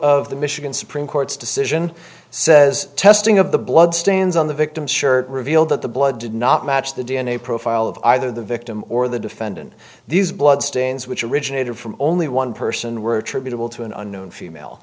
of the michigan supreme court's decision so as testing of the blood stains on the victim shirt revealed that the blood did not match the d n a profile of either the victim or the defendant these blood stains which originated from only one person were attributable to an unknown female